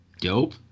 dope